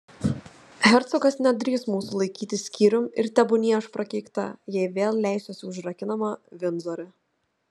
hercogas nedrįs mūsų laikyti skyrium ir tebūnie aš prakeikta jei vėl leisiuosi užrakinama vindzore